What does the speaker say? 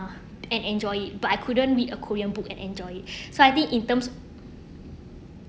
and enjoy it but I couldn't read a korean book and enjoy it so I think in terms